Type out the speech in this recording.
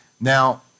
Now